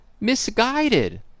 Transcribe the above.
misguided